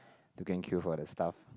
to go and queue for the stuff